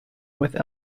with